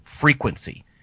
frequency